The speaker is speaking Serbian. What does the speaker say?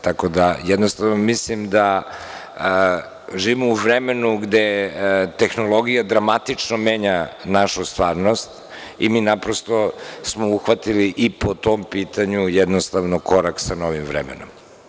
Tako da, jednostavno, mislim da živimo u vremenu gde tehnologija dramatično menja našu stvarnost i mi, naprosto, smo uhvatili i po tom pitanju jednostavno korak sa novim vremenom.